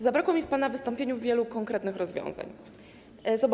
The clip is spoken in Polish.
Zabrakło mi w pana wystąpieniu wielu konkretnych zobowiązań.